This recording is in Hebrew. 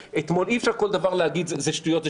אי-אפשר להגיד על כל דבר זה שטויות,